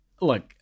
look